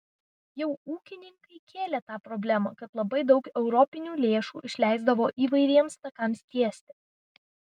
jau ūkininkai kėlė tą problemą kad labai daug europinių lėšų išleisdavo įvairiems takams tiesti